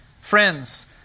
Friends